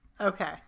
okay